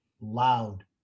loud